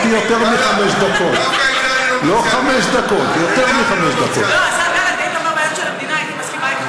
אם היית נותן לי יותר מחמש דקות הייתי פותר את כל הבעיות של המפלגה שלך,